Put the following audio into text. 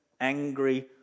angry